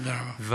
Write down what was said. אנחנו